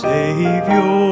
Savior